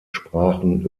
sprachen